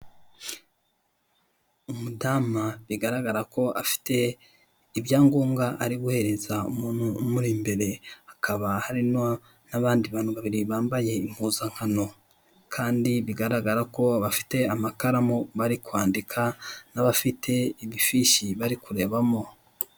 Umudamu bigaragara ko afite ibyangombwa ari guhereza umuntu umuri imbere akaba harimo n'abandi bantu babiri bambaye impuzankano kandi bigaragara ko bafite amakaramu bari kwandika, n'abafite ibifishi bari kurebamo.